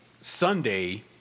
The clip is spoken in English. Sunday